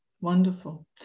wonderful